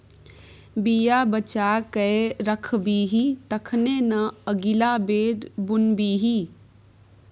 बीया बचा कए राखबिही तखने न अगिला बेर बुनबिही